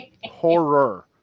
Horror